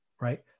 Right